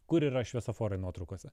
kur yra šviesoforai nuotraukose